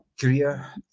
career